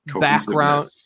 background